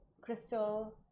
crystal